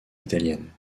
italienne